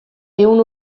ehun